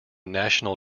national